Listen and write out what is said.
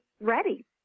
ready